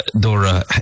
Dora